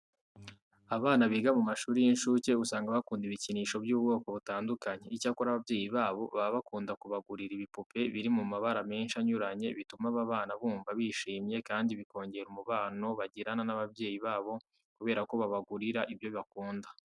Abana biga mu mashuri y'incuke usanga bakunda ibikinisho by'ubwoko butandukanye. Icyakora ababyeyi babo baba bakunda kubagurira ibipupe biri mu mabara menshi anyuranye bituma aba bana bumva bishimye kandi bikongera umubano bagirana n'ababyeyi babo kubera ko babagurira ibyo bakunda.